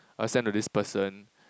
send to this person